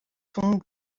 tombe